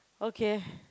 okay